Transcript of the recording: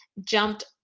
jumped